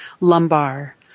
lumbar